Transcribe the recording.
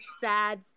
sad